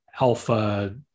Alpha